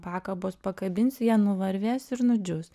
pakabos pakabinsi jie nuvarvės ir nudžius